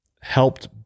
helped